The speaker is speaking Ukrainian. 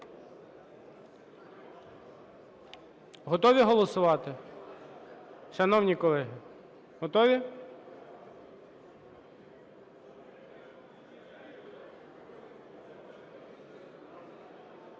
Готові голосувати? Шановні колеги, готові?